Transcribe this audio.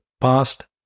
past